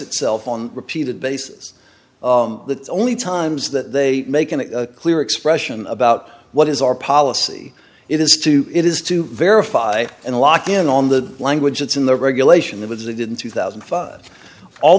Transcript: itself on repeated basis the only times that they make an clear expression about what is our policy it is to it is to verify and lock in on the language it's in the regulation of it as they did in two thousand